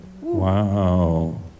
Wow